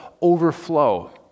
overflow